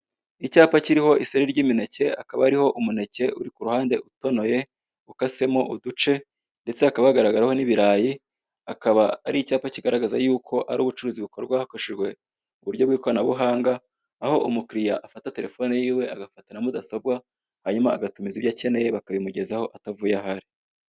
Icyapa kiriho iseri ry'imineke hakaba hariho u muneke uri ku ruhande utonoye ukasemo uduce, ndetse hakab hagaragaraho n'ibirayi, akaba ari icyapa kigaragaza y'uko ari ubucuruzi bukorwa hakoreshejwe uburyo bw'ikoranabuhanga, aho umukiriya afata telefone yiwe agafata na mudasobwa hanyuma agatumiza ibyo akeneye bakabimugezaho atavuye aho ari.